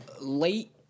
late